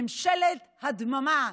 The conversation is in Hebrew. ממשלת הדממה,